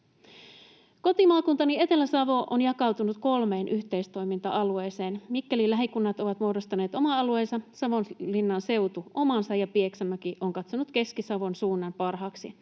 Kotimaakuntani Etelä-Savo on jakautunut kolmeen yhteistoiminta-alueeseen. Mikkelin lähikunnat ovat muodostaneet oman alueensa, Savonlinnan seutu omansa ja Pieksämäki on katsonut Keski-Savon suunnan parhaaksi.